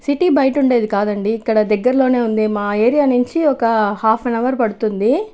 city బయట ఉండేది కాదండీ ఇక్కడ దగ్గర్లోనే ఉంది మా ఏరియా నుంచి ఒక హాఫ్ ఎన్ అవర్ పడుతుంది